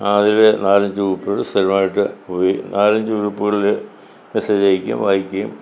അതിൽ നാല് അഞ്ച് ഗ്രൂപ്പുകൾ സ്ഥിരമായിട്ട് പോയി നാല് അഞ്ച് ഗ്രൂപ്പുകളിൽ മെസ്സേജ് അയയ്ക്കുകയും വായിക്കുകയും